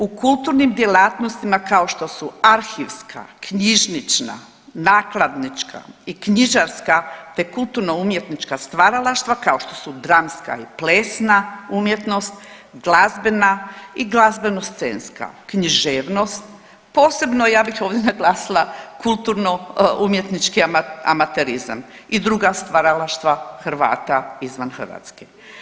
U kulturnim djelatnostima kao što su arhivska, knjižnična, nakladnička i knjižarska, te kulturno umjetnička stvaralaštva kao što su dramska i plesna umjetnost, glazbena i glazbeno scenska, književnost, posebno ja bih ovdje naglasila kulturno umjetnički amaterizam i druga stvaralaštva Hrvata izvan Hrvatske.